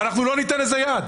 ולא ניתן לזה יד.